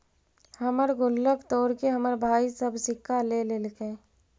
हमर गुल्लक तोड़के हमर भाई सब सिक्का ले लेलके